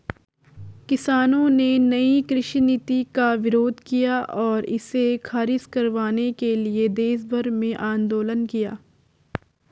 किसानों ने नयी कृषि नीति का विरोध किया और इसे ख़ारिज करवाने के लिए देशभर में आन्दोलन किया